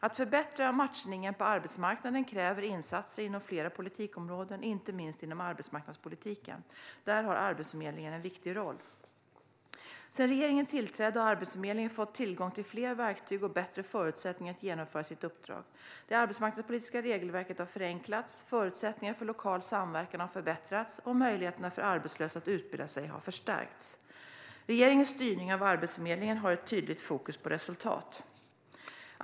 Att förbättra matchningen på arbetsmarknaden kräver insatser inom flera politikområden, inte minst inom arbetsmarknadspolitiken. Där har Arbetsförmedlingen en viktig roll. Sedan regeringen tillträdde har Arbetsförmedlingen fått tillgång till fler verktyg och bättre förutsättningar att genomföra sitt uppdrag. Det arbetsmarknadspolitiska regelverket har förenklats, förutsättningarna för lokal samverkan har förbättrats och möjligheterna för arbetslösa att utbilda sig har förstärkts. Regeringens styrning av Arbetsförmedlingen har ett tydligt fokus på resultat.